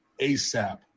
ASAP